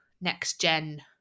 next-gen